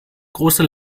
große